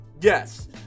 Yes